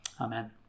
Amen